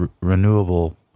renewable